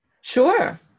Sure